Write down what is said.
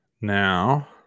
Now